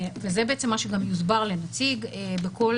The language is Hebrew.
זה גם מה שיוסבר לנציג בכל